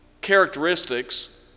characteristics